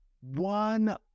one